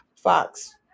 Fox